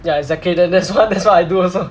ya exactly th~ that's wha~ that's what I do also